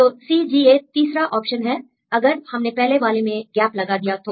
तो CGA तीसरा option है अगर हमने पहले वाले में गैप लगा दिया तो